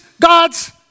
God's